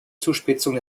zuspitzung